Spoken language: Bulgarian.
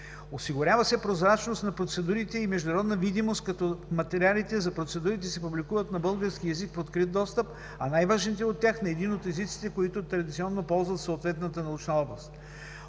Осигурява се прозрачност на процедурите и международна видимост, като материалите за процедурите се публикуват на български език в открит достъп, а най-важните от тях – на един от езиците, които традиционно ползва съответната научна област.